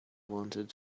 wanted